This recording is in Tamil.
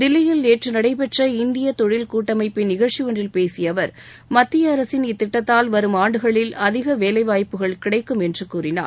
தில்லியில் நேற்று நடைபெற்ற இந்திய தொழில் கூட்டமைப்பின் நிகழ்ச்சி ஒன்றில் பேசிய அவர் மத்திய அரசின் இத்திட்டத்தால் வரும் ஆண்டுகளில் அதிக வேலைவாய்ப்புகள் கிடைக்கும் என்று கூறினார்